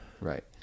right